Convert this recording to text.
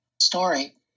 story